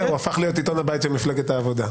זהו, הוא הפך להיות עיתון הבית של מפלגת העבודה.